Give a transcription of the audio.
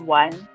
one